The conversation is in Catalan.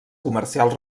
comercials